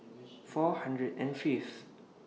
four hundred and Fifth